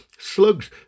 Slugs